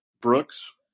brooks